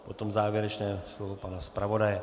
Potom závěrečné slovo pana zpravodaje.